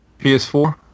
PS4